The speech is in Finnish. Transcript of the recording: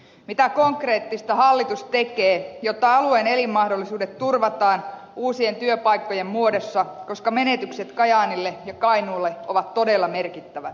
mitä konkreettista hallitus tekee jotta alueen elinmahdollisuudet turvataan uusien työpaikkojen muodossa koska menetykset kajaanille ja kainuulle ovat todella merkittävät